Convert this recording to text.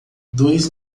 dois